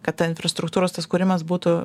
kad ta infrastruktūros tas kūrimas būtų